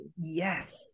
Yes